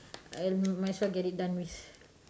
um I might as well get it done with